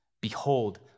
Behold